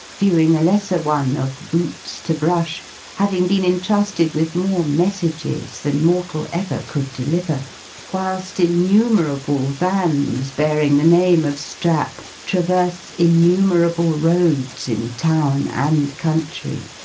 viewing a lesser one of boots to brush having been entrusted with more messages than mortal ever could deliver whilst innumerable vans, bearing the name of strap, traverse innumerable roads in town and country.